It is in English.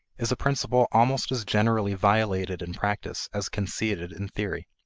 is a principle almost as generally violated in practice as conceded in theory.